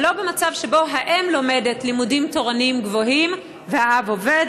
אבל לא במצב שבו האם לומדת לימודים תורניים גבוהים והאב עובד.